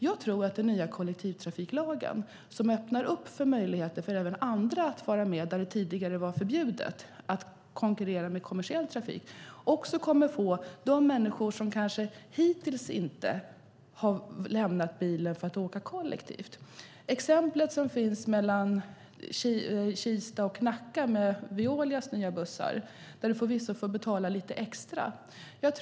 Jag tror att den nya kollektivtrafiklagen, som öppnar för möjligheter även för andra att vara med där det tidigare var förbjudet att konkurrera med kommersiell trafik, kommer att få de människor som kanske hittills inte har lämnat bilen för att åka kollektivt att göra det. Jag tänker på det exempel som finns mellan Kista och Nacka med Veolias nya bussar, där man förvisso får betala lite extra.